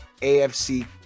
AFC